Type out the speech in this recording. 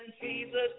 Jesus